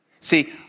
See